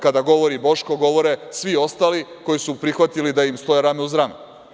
Kada govori Boško, govore svi ostali koji su prihvatili da im stoje rame uz rame.